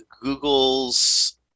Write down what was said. Google's